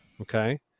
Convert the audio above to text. Okay